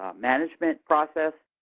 um management process,